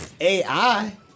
AI